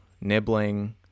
nibbling